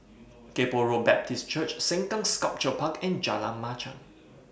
Kay Poh Road Baptist Church Sengkang Sculpture Park and Jalan Machang